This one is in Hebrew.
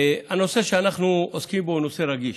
הנושא שאנחנו עוסקים בו הוא נושא רגיש